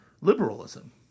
liberalism